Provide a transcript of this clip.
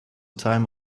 time